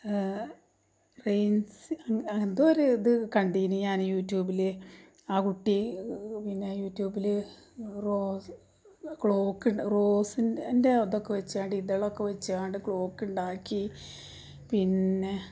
എന്തോ ഒരു ഇത് കണ്ടീനി ഞാൻ യൂടൂബില് ആ കുട്ടി പിന്നെ യൂടൂബിൽ റോസ് ക്ലോക്ക് റോസിൻ്റെ അതൊക്കെ വച്ചുകൊണ്ട് അതിൻ്റെ ഇതളൊക്കെ വച്ചുകൊണ്ട് ക്ലോക്ക് ഉണ്ടാക്കി പിന്നെ